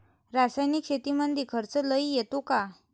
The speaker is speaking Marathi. रासायनिक शेतीमंदी खर्च लई येतो का?